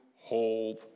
hold